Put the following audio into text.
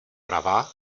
pravá